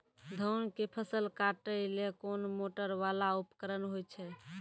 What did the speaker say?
धान के फसल काटैले कोन मोटरवाला उपकरण होय छै?